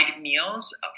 meals